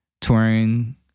touring